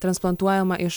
transplantuojama iš